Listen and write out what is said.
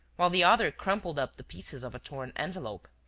while the other crumpled up the pieces of a torn envelope.